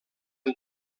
del